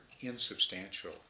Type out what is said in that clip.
insubstantial